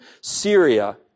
Syria